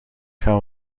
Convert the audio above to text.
gaan